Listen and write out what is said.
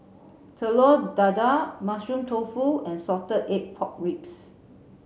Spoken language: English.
Telur Dadah Mushroom Tofu and Salted Egg Pork Ribs